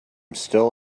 still